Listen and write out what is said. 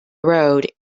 road